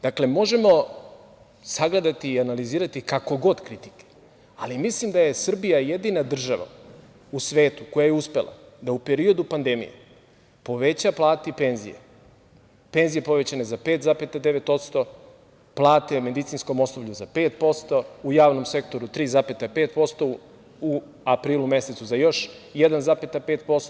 Dakle, možemo sagledati i analizirati kako god kritike, ali mislim da je Srbija jedina država u svetu koja je uspela da u periodu pandemije poveća plate i penzije, penzije povećane za 5,9%, plate medicinskom osoblju za 5%, u javnom sektoru 3,5%, u aprilu mesecu za još 1,5%